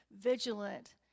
vigilant